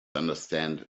understand